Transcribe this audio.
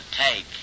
take